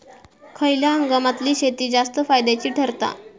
खयल्या हंगामातली शेती जास्त फायद्याची ठरता?